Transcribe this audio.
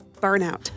burnout